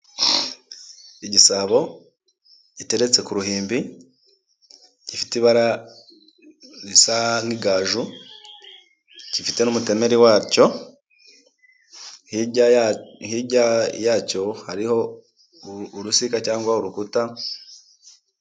Igisabo gitereretse ku ruhimbi, gifite ibara risa nk'igaju, kifite n'umutemeri wacyo, hirya yacyo hariho uruziga cyangwa urukuta.